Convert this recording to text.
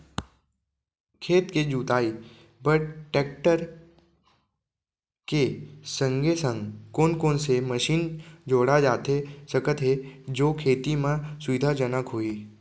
खेत के जुताई बर टेकटर के संगे संग कोन कोन से मशीन जोड़ा जाथे सकत हे जो खेती म सुविधाजनक होही?